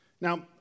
Now